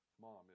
mom